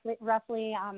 roughly –